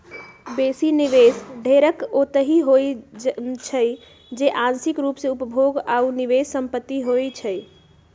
बेशी निवेश ढेरेक ओतहि होइ छइ जे आंशिक रूप से उपभोग आऽ निवेश संपत्ति होइ छइ